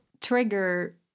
trigger